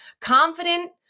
confident